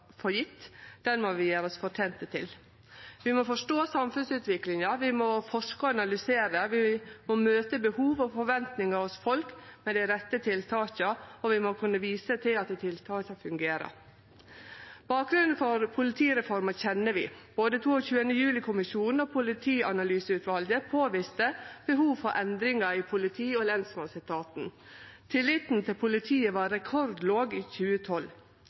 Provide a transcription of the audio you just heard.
for gjeve, den må vi gjere oss fortente til. Vi må forstå samfunnsutviklinga. Vi må forske og analysere. Vi må møte behov og forventningar hos folk med dei rette tiltaka, og vi må kunne vise til at tiltaka fungerer. Bakgrunnen for politireforma kjenner vi. Både 22. juli-kommisjonen og politianalyseutvalet påviste behov for endringar i politi- og lensmannsetaten. Tilliten til politiet var rekordlåg i 2012.